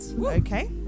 okay